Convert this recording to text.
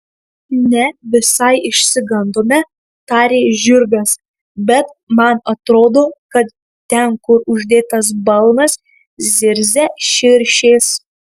ne visai išsigandome tarė žirgas bet man atrodo kad ten kur uždėtas balnas zirzia širšės